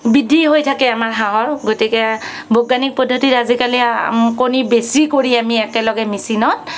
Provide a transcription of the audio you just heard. বৃদ্ধি হৈ থাকে আমাৰ হাঁহৰ গতিকে বৈজ্ঞানিক পদ্ধতিৰে আজিকালি কণী বেছি কৰি আমি একেলগে মেচিনত